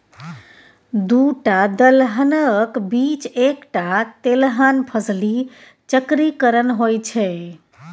दूटा दलहनक बीच एकटा तेलहन फसली चक्रीकरण होए छै